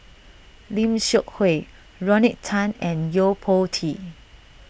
Lim Seok Hui Rodney Tan and Yo Po Tee